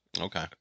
Okay